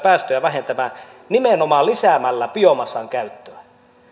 päästöjä vähentämään nimenomaan lisäämällä biomassan käyttöä